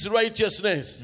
righteousness